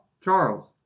Charles